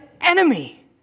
enemy